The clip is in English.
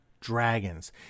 dragons